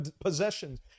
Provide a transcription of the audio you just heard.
possessions